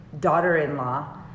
daughter-in-law